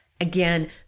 Again